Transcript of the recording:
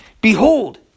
behold